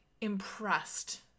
impressed